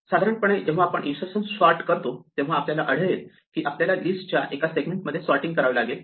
सर्वसाधारणपणे जेव्हा आपण इन्सर्टेशन सॉर्ट करतो तेव्हा आपल्याला आढळेल की आपल्याला लिस्टच्या एका सेगमेंटमध्ये सॉर्टिंग करावे लागेल